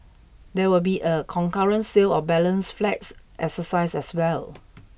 there will be a concurrent sale of balance flats exercise as well